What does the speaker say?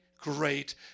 great